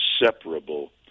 inseparable